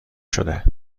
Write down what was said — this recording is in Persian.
شده